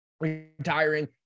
retiring